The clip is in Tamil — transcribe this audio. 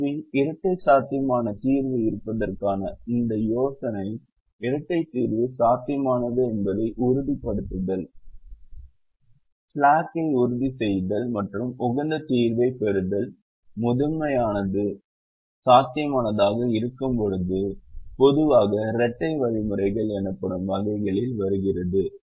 எனவே இரட்டை சாத்தியமான தீர்வு இருப்பதற்கான இந்த யோசனை இரட்டை தீர்வு சாத்தியமானது என்பதை உறுதிப்படுத்துதல் பாராட்டு ஸ்லாக்யை உறுதி செய்தல் மற்றும் உகந்த தீர்வைப் பெறுதல் முதன்மையானது சாத்தியமானதாக இருக்கும்போது பொதுவாக இரட்டை வழிமுறைகள் எனப்படும் வகைகளில் வருகிறது